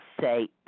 say